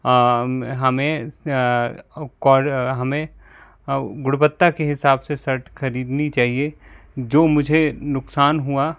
हमें हमें गुणवत्ता के हिसाब से शर्ट खरीदनी चाहिए जो मुझे नुकसान हुआ